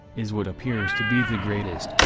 is what appears to be the greatest,